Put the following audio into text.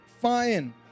Fine